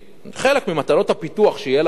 חלק ממטלות הפיתוח שיהיו ליזם,